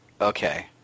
Okay